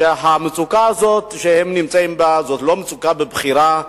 והמצוקה הזאת שהם נמצאים בה היא לא מצוקה מבחירה,